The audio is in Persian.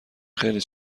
خیلی